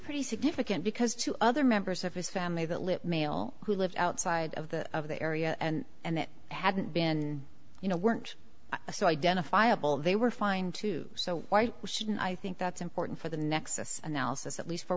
pretty significant because two other members of his family that lived male who lived outside of the of the area and and it hadn't been you know weren't so identifiable they were fine too so why shouldn't i think that's important for the nexus analysis at least for